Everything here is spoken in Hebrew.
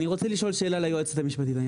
אני רוצה לשאול את היועצת המשפטית שאלה.